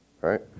right